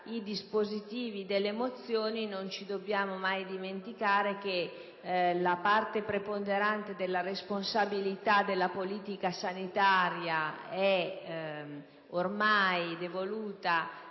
i dispositivi delle mozioni, non dobbiamo mai dimenticarci che la parte preponderante della responsabilità della politica sanitaria è ormai stata